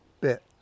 bit